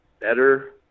better